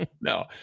no